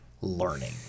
learning